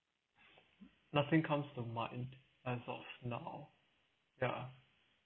nothing comes to mind as of now ya